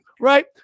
right